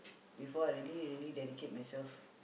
before I really really dedicate myself